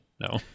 no